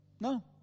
No